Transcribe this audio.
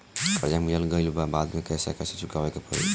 कर्जा मिल गईला के बाद कैसे कैसे चुकावे के पड़ी?